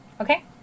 Okay